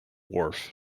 wharf